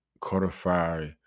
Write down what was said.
codify